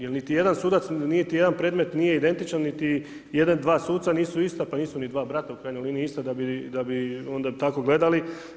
Jer niti jedan sudac, niti jedan predmet nije identičan niti jedan, dva suca nisu ista pa nisu ni dva vrata u krajnjoj liniji ista da bi onda tako gledali.